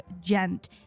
gent